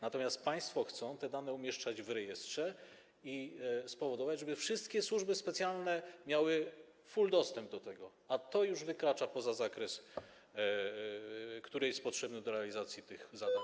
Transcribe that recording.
Natomiast państwo chcą te dane umieszczać w rejestrze i spowodować, żeby wszystkie służby specjalne miały full dostęp do tego, a to już wykracza poza zakres, który jest potrzebny do realizacji tych zadań.